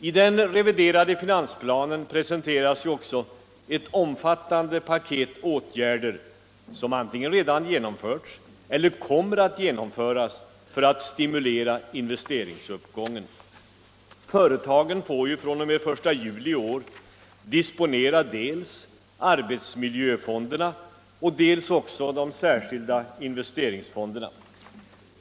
I den reviderade finansplanen presenteras också ett omfattande paket åtgärder som antingen redan genomförts eller kommer att genomföras för att stimulera investeringsuppgången. Företagen får fr.o.m. den 1 juli i år disponera dels arbetsmiljöfonderna, dels de särskilda investeringsfonderna.